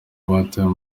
batawe